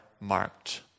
marked